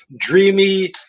dreamy